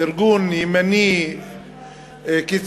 ארגון ימני קיצוני,